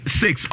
six